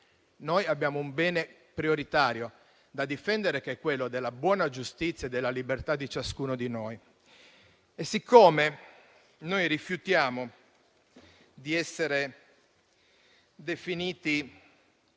Noi abbiamo un bene prioritario da difendere, che è quello della buona giustizia e della libertà di ciascuno di noi. E siccome rifiutiamo di essere definiti